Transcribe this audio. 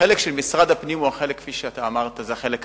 החלק של משרד הפנים הוא החלק כפי שאתה אמרת: החלק התכנוני.